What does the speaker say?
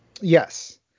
Yes